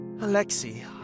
Alexei